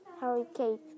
hurricane